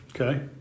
Okay